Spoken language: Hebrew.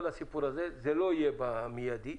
זה לא יכול להיות במידי,